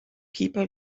people